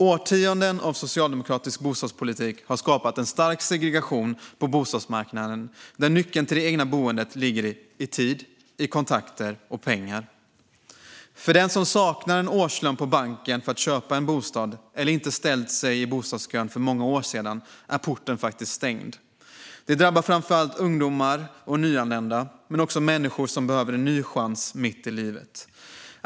Årtionden av socialdemokratisk bostadspolitik har skapat en stark segregation på bostadsmarknaden där nyckeln till det egna boendet ligger i tid, kontakter och pengar. För den som saknar en årslön på banken för att köpa en bostad eller som inte har ställt sig i bostadskön för många år sedan är porten stängd. Det drabbar framför allt ungdomar och nyanlända men också människor som behöver en ny chans mitt i livet.